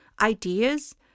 ideas